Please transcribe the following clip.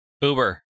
Uber